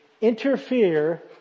interfere